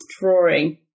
drawing